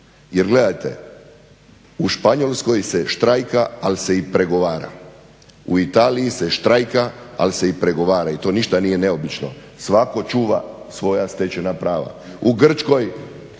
Jer gledajte, u Španjolskoj se štrajka, ali se i pregovara. U Italiji se štrajka, ali se i pregovara i to ništa nije neobično. Svatko čuva svoja stečena prava.